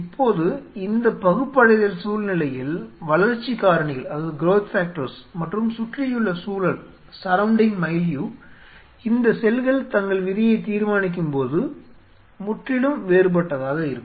இப்போது இந்த பகுப்படைதல் சூழ்நிலையில் வளர்ச்சி காரணிகள் மற்றும் சுற்றியுள்ள சூழல் இந்த செல்கள் தங்கள் விதியை தீர்மானிக்கும் போது முற்றிலும் வேறுபட்டதாக இருக்கும்